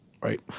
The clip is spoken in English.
right